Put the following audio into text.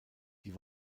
die